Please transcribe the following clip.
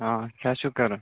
آ کیٛاہ چھِو کَران